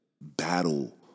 battle